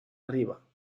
arriba